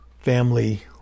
family